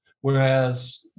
whereas